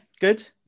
good